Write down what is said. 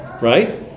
right